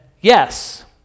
yes